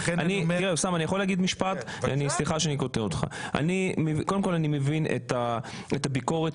אני מבין את הביקורת,